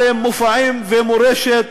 בפסטיבלים, מופעים ומורשת,